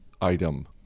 item